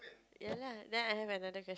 ya lah then I have another quest~